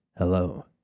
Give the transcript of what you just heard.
Hello